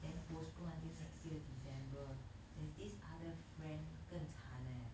then postponed until next year december there's this other friend 更惨 leh